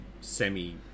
semi